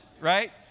right